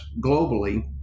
globally